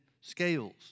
scales